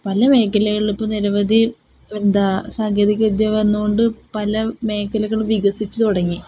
പല മേഖലകളില് ഇപ്പോള് നിരവധി എന്താണ് സാങ്കേതികവിദ്യ വന്നതുകൊണ്ടു പല മേഖലകള് വികസിച്ചു തുടങ്ങി